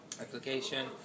application